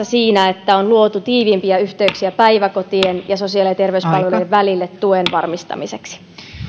siinä että on luotu tiiviimpiä yhteyksiä päiväkotien ja sosiaali ja terveyspalveluiden välille tuen varmistamiseksi